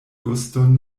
guston